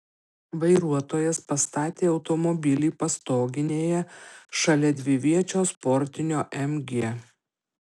vairuotojas pastatė automobilį pastoginėje šalia dviviečio sportinio mg